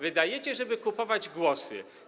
Wydajecie, żeby kupować głosy.